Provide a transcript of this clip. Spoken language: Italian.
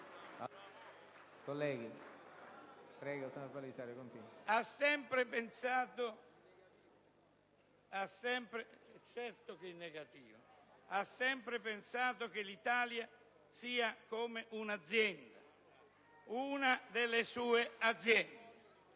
ha sempre pensato che l'Italia sia come un'azienda, una delle sue aziende,